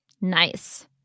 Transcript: Nice